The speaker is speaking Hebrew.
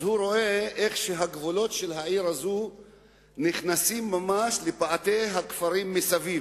הוא רואה איך הגבולות של העיר הזו נכנסים ממש לפאתי הכפרים מסביב,